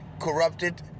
corrupted